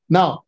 Now